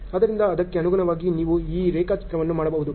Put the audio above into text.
ಆದ್ದರಿಂದ ಅದಕ್ಕೆ ಅನುಗುಣವಾಗಿ ನೀವು ಈ ರೇಖಾಚಿತ್ರವನ್ನು ಮಾಡಬಹುದು